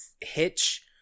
hitch